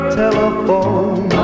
telephone